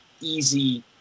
easy